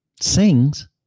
sings